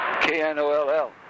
k-n-o-l-l